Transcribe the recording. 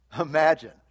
imagine